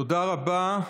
תודה רבה.